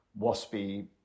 waspy